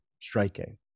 striking